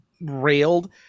railed